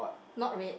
not red